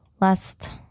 last